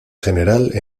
general